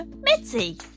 Mitzi